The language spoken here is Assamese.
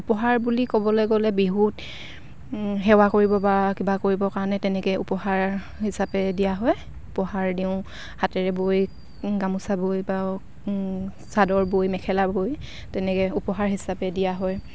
উপহাৰ বুলি ক'বলে গ'লে বিহুত সেৱা কৰিব বা কিবা কৰিবৰ কাৰণে তেনেকে উপহাৰ হিচাপে দিয়া হয় উপহাৰ দিওঁ হাতেৰে বৈ গামোচা বৈ বা চাদৰ বৈ মেখেলা বৈ তেনেকে উপহাৰ হিচাপে দিয়া হয়